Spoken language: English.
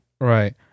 Right